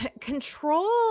control